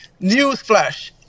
newsflash